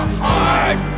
heart